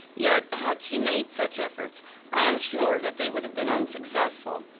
yet had she made such efforts i am sure that they would have been unsuccessful.